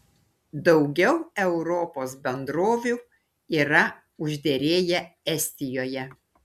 daugiau europos bendrovių yra užderėję estijoje